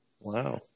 Wow